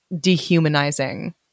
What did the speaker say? dehumanizing